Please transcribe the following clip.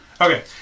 Okay